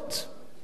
מילא,